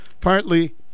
partly